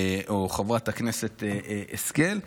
או חברת הכנסת השכל,